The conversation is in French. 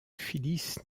phyllis